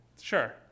sure